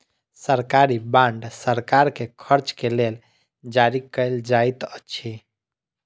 सरकारी बांड सरकार के खर्च के लेल जारी कयल जाइत अछि